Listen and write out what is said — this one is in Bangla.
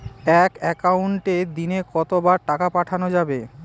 এক একাউন্টে দিনে কতবার টাকা পাঠানো যাবে?